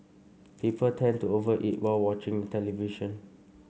people tend to over eat while watching the television